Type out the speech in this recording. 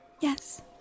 Yes